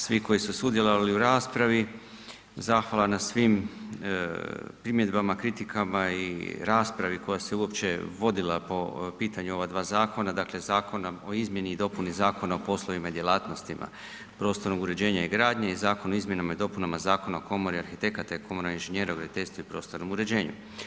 Svi koji su sudjelovali u raspravi, zahvala na svim primjedbama, kritikama i raspravi koja se uopće vodila po pitanju ova dva zakona, dakle zakonom o izmjeni i dopuni Zakona o poslovima i djelatnostima prostornog uređenja i gradnje i zakon o izmjenama i dopunama zakona o komori arhitekata i komori inženjera u graditeljstvu i prostornom uređenju.